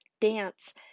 dance